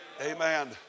Amen